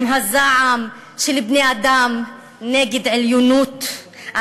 עם הזעם של בני-אדם נגד עליונות.